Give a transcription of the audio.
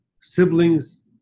siblings